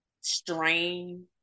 strain